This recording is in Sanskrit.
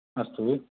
अस्तु